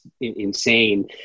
insane